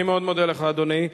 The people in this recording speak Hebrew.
אני מאוד מודה לך, אדוני.